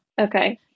okay